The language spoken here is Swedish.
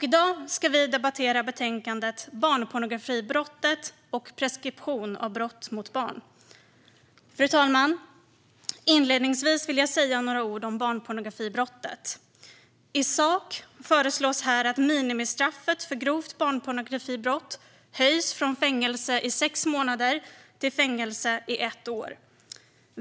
I dag ska vi debattera betänkandet Barnpornografibrottet och preskription av brott mot barn . Fru talman! Inledningsvis vill jag säga några ord om barnpornografibrottet. I sak föreslås att minimistraffet för grovt barnpornografibrott ska höjas från fängelse i sex månader till fängelse i ett år.